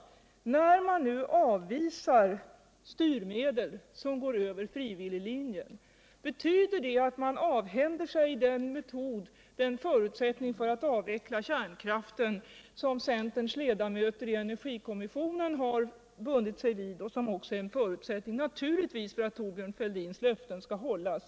Fredagen den 1: När man nu avvisar styrmedel som går över frivilliglinjen, betyder det att 26 maj 1978 man avhänder sig den förutsättning för aut avveckla kärnkraften som centerns ledamöter I energikommissionen har bundit sig vid och som också Energisparplan naturligtvis är en förutsättning för att Thorbjörn Fälldins löften skall hållas?